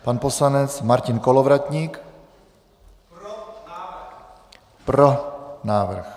Pan poslanec Martin Kolovratník: Pro návrh.